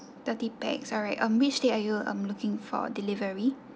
thirty pax alright um which day are you um looking for delivery